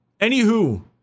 Anywho